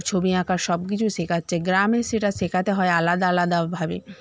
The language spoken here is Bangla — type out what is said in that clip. ছবি আঁকা সব কিছু শেখাচ্ছে গ্রামে সেটা শেখাতে হয় আলাদা আলাদাভাবে